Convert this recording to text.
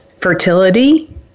fertility